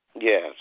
Yes